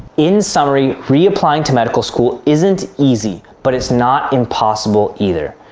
in summary, reapplying to medical school isn't easy, but it's not impossible either.